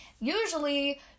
usually